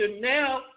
now